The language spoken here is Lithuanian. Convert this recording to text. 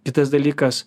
kitas dalykas